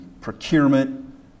procurement